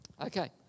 Okay